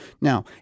Now